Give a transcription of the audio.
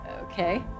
okay